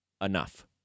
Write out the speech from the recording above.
enough